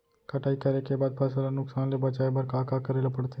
कटाई करे के बाद फसल ल नुकसान ले बचाये बर का का करे ल पड़थे?